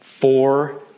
four